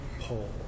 pull